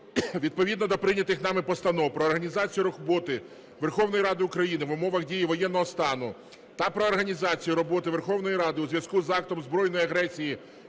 відповідно до прийнятих нами постанов про організацію роботи Верховної Ради України в умовах дії воєнного стану та про організацію роботи Верховної Ради у зв'язку з актом збройної агресії